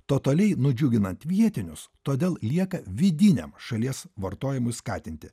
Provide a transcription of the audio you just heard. totaliai nudžiuginant vietinius todėl lieka vidiniam šalies vartojimui skatinti